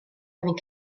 ofyn